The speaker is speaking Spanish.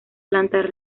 planta